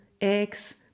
eggs